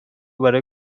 برای